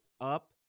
up